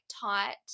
tight